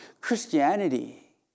Christianity